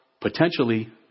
potentially